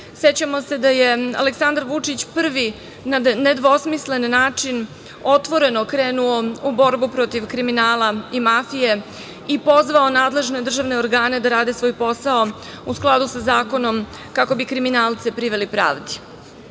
Sećamo se da je Aleksandar Vučić prvi na nedvosmislen način otvoreno krenuo u borbu protiv kriminala i mafije i pozvao nadležne državne organe da rade svoj posao u skladu sa zakonom kako bi kriminalce priveli